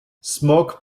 smoke